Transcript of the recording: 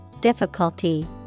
difficulty